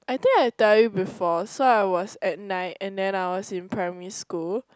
I think I tell you before so I was at night and then I was in primary school